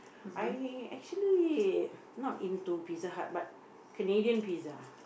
I actually not into Pizza-Hut but Canadian Pizza